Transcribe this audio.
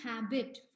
habit